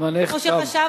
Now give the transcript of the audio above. זמנך תם.